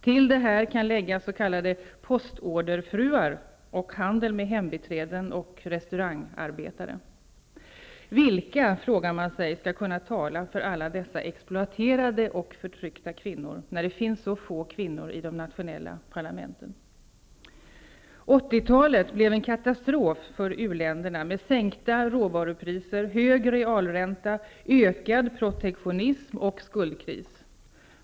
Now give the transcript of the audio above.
Till detta kan läggas s.k. postorderfruar och handel med hembiträden och restaurangarbetare. Vilka, frågar man sig, skall kunna tala för alla dessa exploaterade och förtryckta kvinnor, när det finns så få kvinnor i de nationella parlamenten? 80-talet blev en katastrof för u-länderna, med sänkta råvarupriser, hög realränta, ökad protektionism och skuldkris.